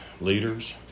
leaders